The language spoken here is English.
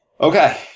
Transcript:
okay